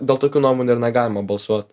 dėl tokių nuomonių ir negalima balsuot